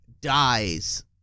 dies